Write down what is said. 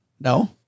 No